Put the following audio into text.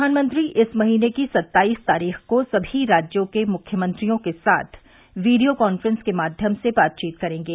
प्रधानमंत्री इस महीने की सत्ताईस तारीख को सभी राज्यों के मुख्यमंत्रियों के साथ वीडियो कांफ्रेंस के माध्यम से बातचीत करेंगे